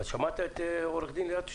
שמעת את עו"ד ליאת שטרק?